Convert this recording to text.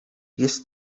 jest